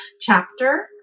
chapter